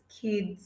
kids